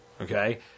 okay